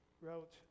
wrote